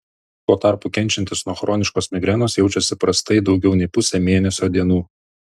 tuo tarpu kenčiantys nuo chroniškos migrenos jaučiasi prastai daugiau nei pusę mėnesio dienų